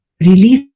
release